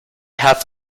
have